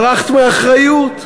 ברחת מאחריות,